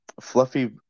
Fluffy